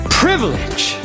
privilege